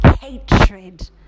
hatred